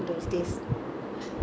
my side more bigger family